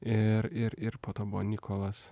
ir ir ir po to buvo nikolas